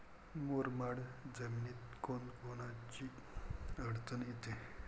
मुरमाड जमीनीत कोनकोनची अडचन येते?